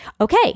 Okay